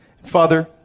Father